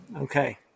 Okay